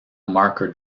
marker